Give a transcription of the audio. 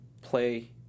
play